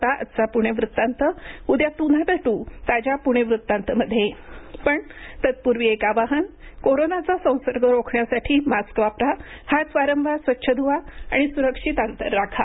तर हा होता आजचा पुणे वृत्तांत उद्या पुन्हा भेटू ताज्या पुणे वृत्तांत मध्ये पण तत्पूर्वी एक आवाहन कोरोनाचा संसर्ग रोखण्यासाठी मास्क वापरा हात वारंवार स्वच्छ धवा आणि सुरक्षित अंतर राखा